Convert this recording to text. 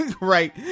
Right